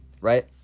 right